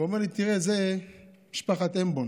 ואמר לי: תראה את משפחת אמבון.